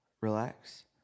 Relax